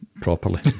properly